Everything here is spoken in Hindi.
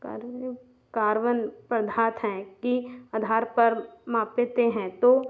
कार्बन युक्त कार्वन पदार्थ हैं कि आधार पर मापते हैं तो